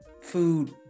food